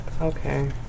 okay